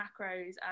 macros